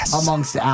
amongst